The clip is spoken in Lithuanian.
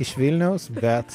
iš vilniaus bet